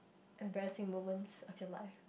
embarrassing moments of your life